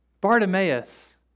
Bartimaeus